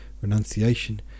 renunciation